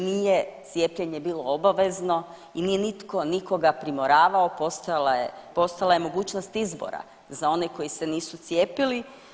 Nije cijepljenje bilo obavezno i nije nitko nikoga primoravao, postojala je, postojala je mogućnost izbora za one koji se nisu cijepili.